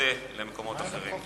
סוטה למקומות אחרים.